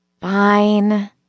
Fine